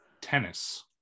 Tennis